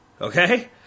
Okay